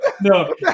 no